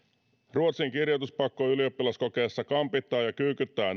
ruotsin kirjoituspakko ylioppilaskokeessa kampittaa ja kyykyttää